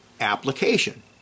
application